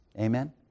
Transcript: Amen